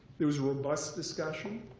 there was a robust discussion.